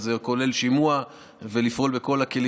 אז זה כולל שימוע ולפעול בכל הכלים